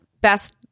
best